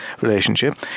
relationship